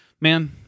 man